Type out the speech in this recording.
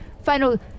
final